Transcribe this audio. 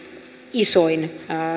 isoin